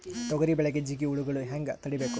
ತೊಗರಿ ಬೆಳೆಗೆ ಜಿಗಿ ಹುಳುಗಳು ಹ್ಯಾಂಗ್ ತಡೀಬೇಕು?